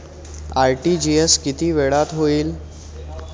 RTGS किती वेळात होईल?